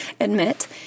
admit